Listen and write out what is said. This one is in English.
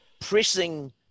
pressing